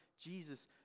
Jesus